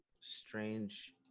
strange